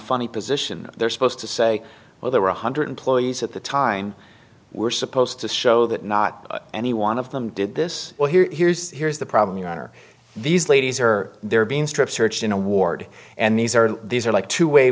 funny position they're supposed to say well there were one hundred ploys at the time we're supposed to show that not any one of them did this well here here's here's the problem your honor these ladies are they're being strip searched in a ward and these are these are like two